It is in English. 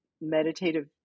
meditative